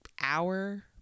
hour